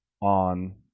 on